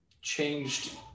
changed